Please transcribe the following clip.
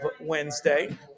Wednesday